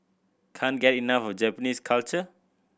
can't get enough of Japanese culture